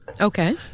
Okay